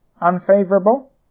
unfavorable